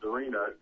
Arena